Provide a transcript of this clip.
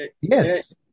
Yes